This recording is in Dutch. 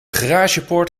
garagepoort